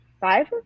five